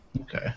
Okay